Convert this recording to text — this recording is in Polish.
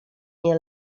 nie